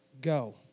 go